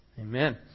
Amen